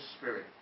spirit